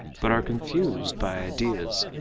but are confused by ideas,